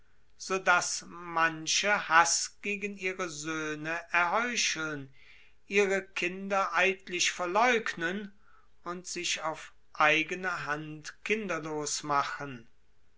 so daß manche haß gegen ihre söhne erheucheln ihre kinder eidlich verleugnen und sich auf eigene hand kinderlos machen